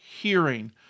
hearing